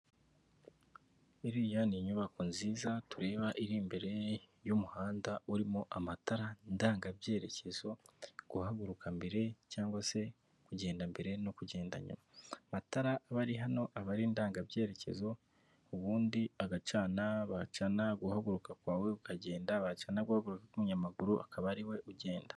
Iriya ni inyubako nziza tureba iri imbere y'umuhanda urimo amatara ndangabyerekezo, guhaguruka mbere cg se kugenda mbere no kugenda nyuma, amatara aba ari hano aba ari indangabyerekezo ubundi agacana, bacana guhaguruka kwawe ukagenda bacana guhagururuka k'umunyamaguru akaba ariwe ugenda.